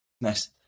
Nice